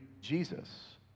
Jesus